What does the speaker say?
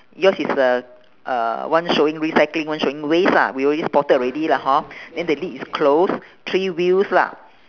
yours is a uh one showing recycling one showing waste ah we already spotted already lah hor then the lid is close three wheels lah